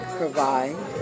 provide